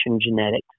genetics